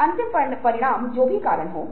विभिन्न परिणाम हैं